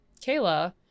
Kayla